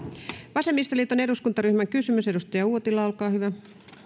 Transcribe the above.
vasemmistoliiton eduskuntaryhmän kysymys edustaja uotila olkaa hyvä